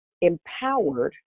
empowered